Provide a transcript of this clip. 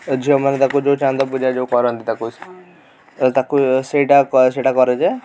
ଝିଅମାନେ ତାକୁ ଯେଉଁ ଚାନ୍ଦପୂଜା ଯେଉଁ କରନ୍ତି ତାକୁ ତାକୁ ସେଇଟା କ ସେଇଟା କରାଯାଏ